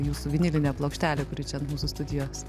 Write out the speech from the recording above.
jūsų vinilinė plokštelė kuri čia ant mūsų studijos